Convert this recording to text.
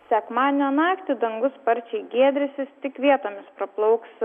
sekmadienio naktį dangus sparčiai giedrysis tik vietomis praplauks